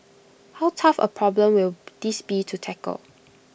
how tough A problem will this be to tackle